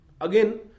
Again